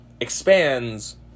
expands